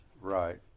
Right